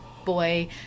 boy